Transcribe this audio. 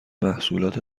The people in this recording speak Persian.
محصولات